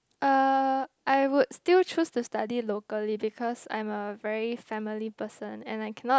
uh I would still choose to study locally because I'm a very family person and I cannot